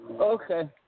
Okay